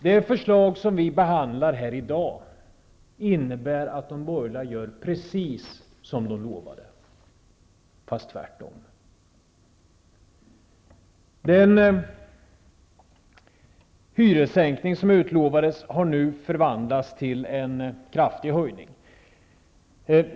Det förslag som vi behandlar här i dag innebär att de borgerliga gör precis som de lovade, fast tvärtom. Den hyressänkning som utlovades har nu förvandlats till en kraftig höjning.